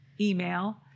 email